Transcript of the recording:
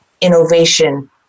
innovation